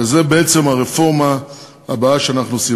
וזאת בעצם הרפורמה הבאה שאנחנו עושים.